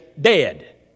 dead